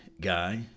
guy